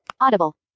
Audible